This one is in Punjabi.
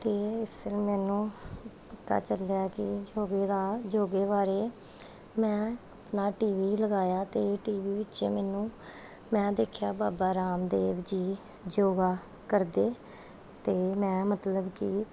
ਅਤੇ ਇਸ ਤਰ੍ਹਾਂ ਮੈਨੂੰ ਪਤਾ ਚੱਲਿਆ ਕਿ ਯੋਗਾ ਦਾ ਯੋਗਾ ਬਾਰੇ ਮੈਂ ਨਾ ਟੀ ਵੀ ਲਗਾਇਆ ਅਤੇ ਟੀ ਵੀ ਵਿੱਚ ਮੈਨੂੰ ਮੈਂ ਦੇਖਿਆ ਬਾਬਾ ਰਾਮਦੇਵ ਜੀ ਯੋਗਾ ਕਰਦੇ ਅਤੇ ਮੈਂ ਮਤਲਬ ਕਿ